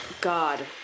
God